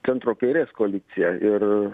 centro kairės koaliciją ir